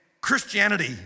Christianity